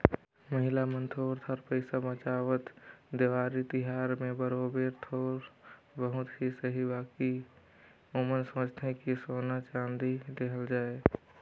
महिला मन थोर थार पइसा बंचावत, देवारी तिहार में बरोबेर थोर बहुत ही सही बकि ओमन सोंचथें कि सोना चाँदी लेहल जाए